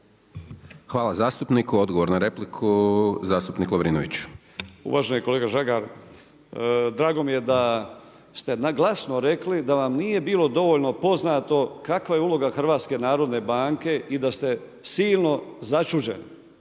Hvala zastupniku. Odgovor na repliku zastupnik Lovrinović. **Lovrinović, Ivan (Promijenimo Hrvatsku)** Uvaženi kolega Žagar, drago mi je da ste glasno rekli da vam nije bilo dovoljno poznato kakva je uloga Hrvatske narodne banke i da ste silno začuđeni.